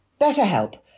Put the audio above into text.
BetterHelp